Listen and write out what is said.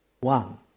one